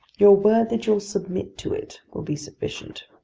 your word that you'll submit to it will be sufficient.